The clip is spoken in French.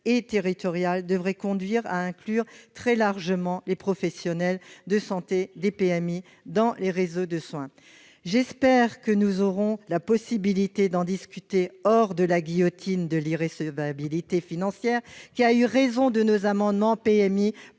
et territoriale devrait conduire à inclure très largement les professionnels de santé des PMI dans les réseaux de soins. J'espère que nous aurons la possibilité d'en discuter hors de la « guillotine » de l'irrecevabilité financière, qui a eu raison de nos amendements « PMI